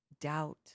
doubt